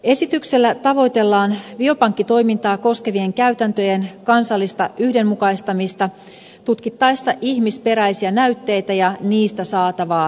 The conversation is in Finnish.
esityksellä tavoitellaan biopankkitoimintaa koskevien käytäntöjen kansallista yhdenmukaistamista tutkittaessa ihmisperäisiä näytteitä ja niistä saatavaa tietoa